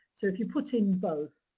so, if you put in both,